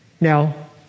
Now